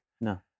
No